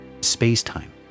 space-time